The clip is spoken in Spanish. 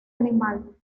animal